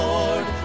Lord